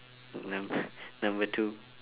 numb~ number two